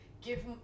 give